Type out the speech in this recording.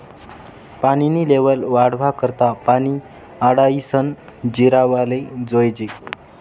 पानी नी लेव्हल वाढावा करता पानी आडायीसन जिरावाले जोयजे